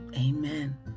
Amen